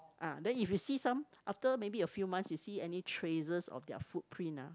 ah then you see some after maybe a few months you see any traces of their footprint ah